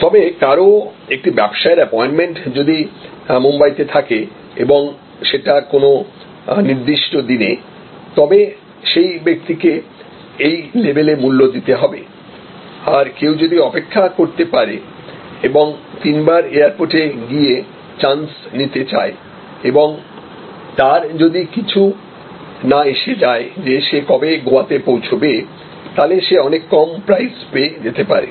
তবে কারও একটি ব্যবসায়ের অ্যাপয়েন্টমেন্ট যদি বোম্বাইতে থাকে এবং সেটা কোন নির্দিষ্ট দিনে তবে সেই ব্যক্তিকে এই লেভেলে মূল্য দিতে হবে আর কেউ যদি অপেক্ষা করতে পারে এবং তিনবার এয়ারপোর্টে গিয়ে চান্স নিতে চায় এবং তার যদি কিছু না এসে যায় যে সে কবে গোয়াতে পৌছবে তালে সে অনেক কম প্রাইস পেয়ে যেতে পারে